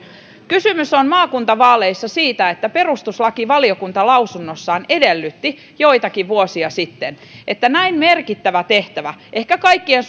kysymys on maakuntavaaleissa siitä että perustuslakivaliokunta lausunnossaan edellytti joitakin vuosia sitten että näin merkittävä tehtävä ehkä kaikkien